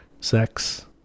Sex